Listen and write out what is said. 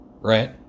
right